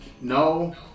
No